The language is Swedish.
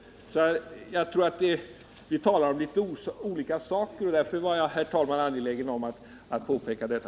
Jag tror, herr talman, att Bengt Fagerlund och jag talar om något olika saker, och därför var jag angelägen om att få påpeka detta.